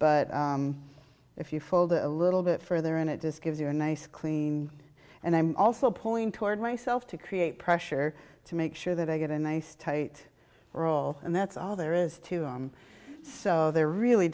but if you fold it a little bit further and it just gives you a nice clean and i'm also pulling toward myself to create pressure to make sure that i get a nice tight roll and that's all there is to him so they're really